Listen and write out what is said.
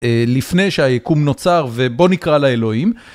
לפני שהיקום נוצר ובוא נקרא לאלוהים.